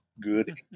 Good